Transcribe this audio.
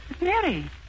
Mary